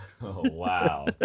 wow